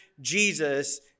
Jesus